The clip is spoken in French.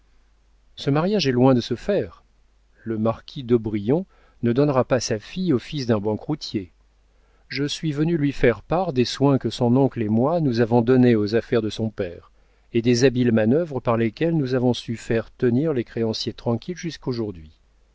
ce mariage est loin de se faire le marquis d'aubrion ne donnera pas sa fille au fils d'un banqueroutier je suis venu lui faire part des soins que son oncle et moi nous avons donnés aux affaires de son père et des habiles manœuvres par lesquelles nous avons su faire tenir les créanciers tranquilles jusqu'aujourd'hui